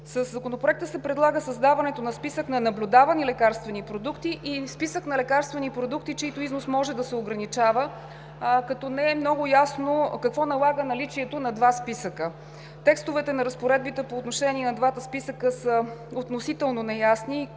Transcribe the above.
Със Законопроекта се предлага създаването на списък на наблюдавани лекарствени продукти и списък на лекарствени продукти, чиито износ може да се ограничава, като не е много ясно какво налага наличието на два списъка. Текстовете на разпоредбите по отношение на двата списъка са относително неясни,